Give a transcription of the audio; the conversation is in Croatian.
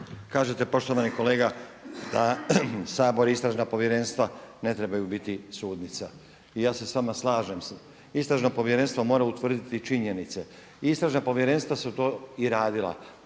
Kažete poštovani kolega da Sabor i istražna povjerenstva ne trebaju biti sudnica i ja se s vama slažem. Istražna povjerenstva mora utvrditi činjenica i istražna povjerenstva su to i radila.